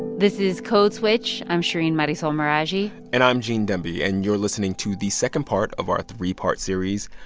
this is code switch. i'm shereen marisol meraji and i'm gene demby. and you're listening to the second part of our three-part series,